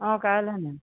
অঁ কাইলৈ